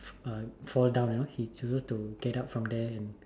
uh fall down you know he chooses to get up from there and